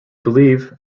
believed